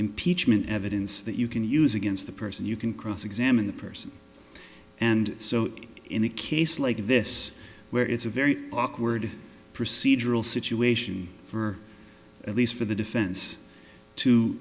impeachment evidence that you can use against the person you can cross examine the person and so in a case like this where it's a very awkward procedural situation for at least for the defense to